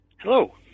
Hello